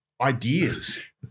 ideas